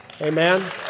Amen